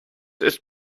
ist